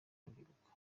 urubyiruko